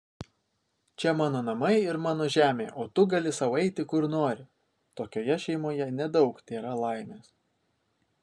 čia mano namai ir mano žemė o tu gali sau eiti kur nori tokioje šeimoje nedaug tėra laimės